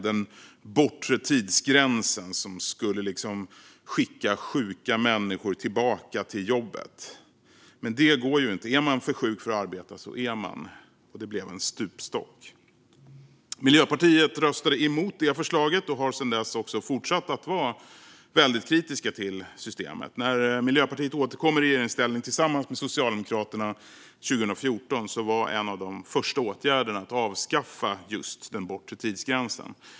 Den bortre tidsgränsen skulle liksom skicka sjuka människor tillbaka till jobbet. Men det går ju inte. Är man för sjuk för att arbeta så är man. Det blev en stupstock. Miljöpartiet röstade emot det förslaget och har sedan dess fortsatt att vara väldigt kritiskt till systemet. När Miljöpartiet kom i regeringsställning tillsammans med Socialdemokraterna 2014 var en av de första åtgärderna att avskaffa just den bortre tidsgränsen.